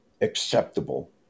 acceptable